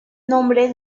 nombre